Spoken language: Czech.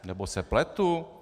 Nebo se pletu?